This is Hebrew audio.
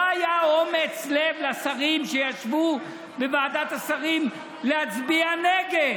לא היה אומץ לב לשרים שישבו בוועדת השרים להצביע נגד.